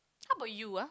how about you ah